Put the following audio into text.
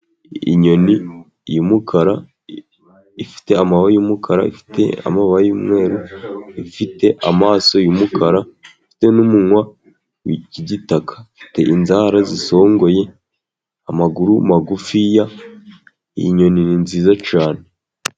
Inyoni yumukara ifite amaba yumukara, ifite amababara yumweru, ifite amaso y'umukara, ifite n'umunwa wigitaka, ifite inzara zisongoye, amaguru magufiya, iyi nyoni ni nziza cyane.